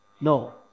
No